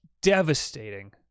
devastating